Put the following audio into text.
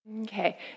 Okay